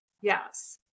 Yes